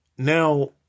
Now